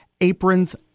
aprons